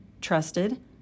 Trusted